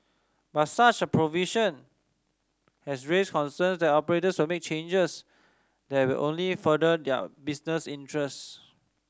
but such a provision has raised concerns that operators will make changes that will only further their business interest